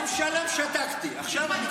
יום שלם שתקתי, עכשיו אני קצת צועק.